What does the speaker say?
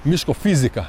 miško fizika